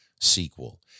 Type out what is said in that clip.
sequel